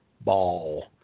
ball